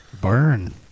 Burn